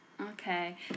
Okay